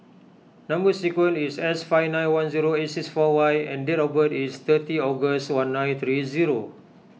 Number Sequence is S five nine one zero eight six four Y and date of birth is thirty August one nine three zero